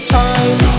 time